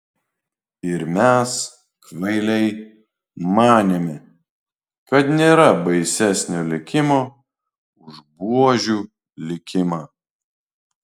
ir mes kvailiai manėme kad nėra baisesnio likimo už buožių likimą